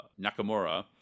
Nakamura